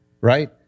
right